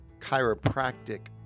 chiropractic